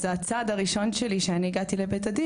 אז הצעד הראשון שלי כשהגעתי לבית הדין,